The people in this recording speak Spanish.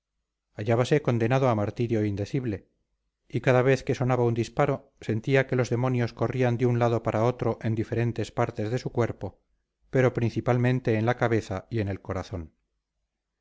ildefonso negretti hallábase condenado a martirio indecible y cada vez que sonaba un disparo sentía que los demonios corrían de un lado para otro en diferentes partes de su cuerpo pero principalmente en la cabeza y en el corazón